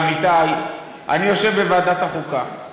עמיתי, אני יושב בוועדת החוקה.